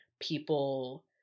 people